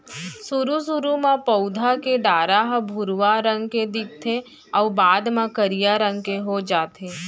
सुरू सुरू म पउधा के डारा ह भुरवा रंग के दिखथे अउ बाद म करिया रंग के हो जाथे